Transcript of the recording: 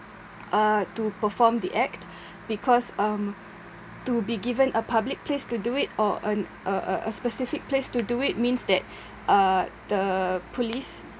uh to perform the act because um to be given a public place to do it or an a a specific place to do it means that uh the police